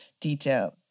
detail